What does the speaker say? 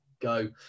go